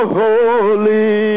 holy